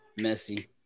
messy